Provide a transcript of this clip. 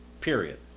Period